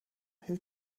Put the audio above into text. who